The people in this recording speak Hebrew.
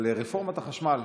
על רפורמת החשמל.